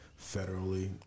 federally